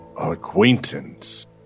acquaintance